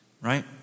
right